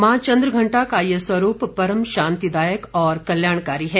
मां चंद्रघंटा का ये स्वरूप परम शांतिदायक और कल्याणकारी है